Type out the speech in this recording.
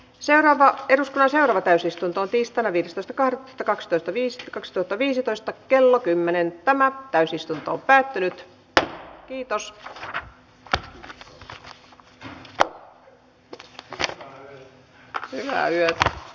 sara wacker läsnäoleva täysistuntoon tiistaina viidestoista kahdeksatta kakskytäviisi tvkaksisataaviisitoista kello kymmenen tämä täysistunto päättynyt kiitos hän a asian käsittely päättyi